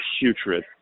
putrid